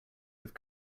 have